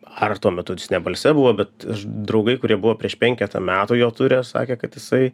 har tuo metu jis ne balse buvo bet draugai kurie buvo prieš penketą metų jo ture sakė kad jisai